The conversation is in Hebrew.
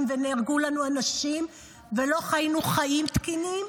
ונהרגו לנו אנשים ולא חיינו חיים תקינים,